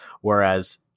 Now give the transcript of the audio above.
whereas